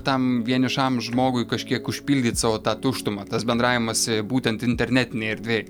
tam vienišam žmogui kažkiek užpildyt savo tą tuštumą tas bendravimas būtent internetinėj erdvėj